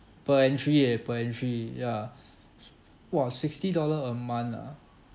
per entry eh per entry yeah !wah! sixty dollar a month ah